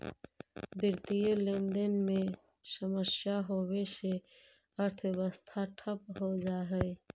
वित्तीय लेनदेन में समस्या होवे से अर्थव्यवस्था ठप हो जा हई